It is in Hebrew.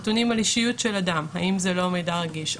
נתונים על אישיות של אדם האם זה לא מידע רגיש?